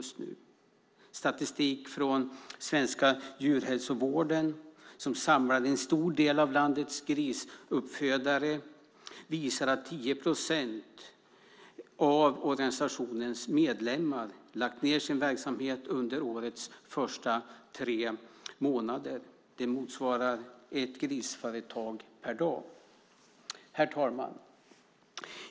Statistik från Svenska Djurhälsovården, som samlar en stor del av landets grisuppfödare, visar att 10 procent av organisationens medlemmar lagt ned sin verksamhet under årets första tre månader. Det motsvarar ett grisföretag per dag. Herr talman!